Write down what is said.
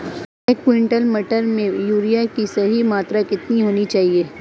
एक क्विंटल मटर में यूरिया की सही मात्रा कितनी होनी चाहिए?